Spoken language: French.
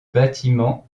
bâtiment